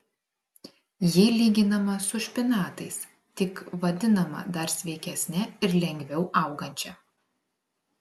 ji lyginama su špinatais tik vadinama dar sveikesne ir lengviau augančia